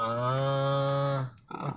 ah okay lah